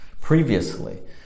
previously